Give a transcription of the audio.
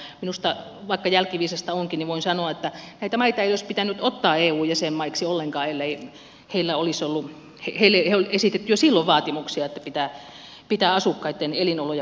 vaikka se jälkiviisasta onkin voin sanoa että näitä maita ei olisi pitänyt ottaa eu jäsenmaiksi ollenkaan ellei niille ollut esitetty jo silloin vaatimuksia että pitää asukkaitten elinoloja parantaa